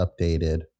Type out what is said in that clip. updated